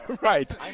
Right